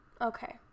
Okay